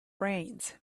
brains